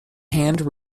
hand